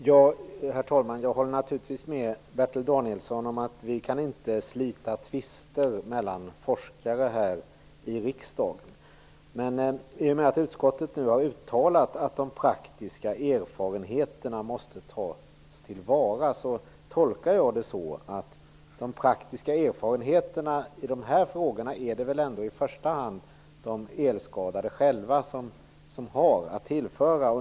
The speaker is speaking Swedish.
Herr talman! Jag håller naturligtvis med Bertil Danielsson om att vi här i riksdagen inte kan slita tvister mellan forskare. Men i och med att utskottet nu har uttalat att de praktiska erfarenheterna måste tas till vara, tolkar jag det så, att det i första hand är de elskadade själva som har praktiska erfarenheter att tillföra.